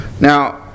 Now